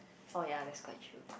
oh yea that's quite true